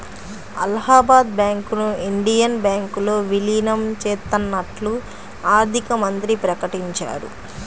అలహాబాద్ బ్యాంకును ఇండియన్ బ్యాంకులో విలీనం చేత్తన్నట్లు ఆర్థికమంత్రి ప్రకటించారు